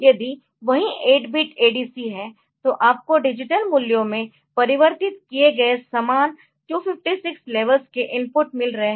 यदि वही 8 bit ADC है तो आपको डिजिटल मूल्यों में परिवर्तित किए गए समान 256 लेवल्स के इनपुट मिल रहे है